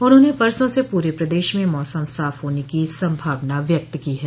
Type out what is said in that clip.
उन्होंने परसों से पूरे प्रदेश में मौसम साफ होने की संभावना व्यक्त की है